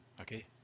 Okay